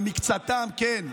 ומקצתם, כן,